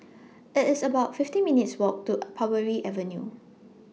IT IS about fifty minutes' Walk to Parbury Avenue